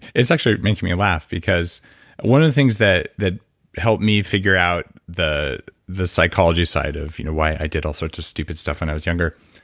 it's actually making me laugh because one of the things that helped me figure out the the psychology side of you know why i did all sorts of stupid stuff when i was younger